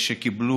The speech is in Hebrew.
שסובלים